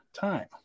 time